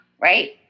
Right